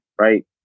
Right